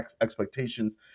expectations